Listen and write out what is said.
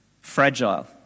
fragile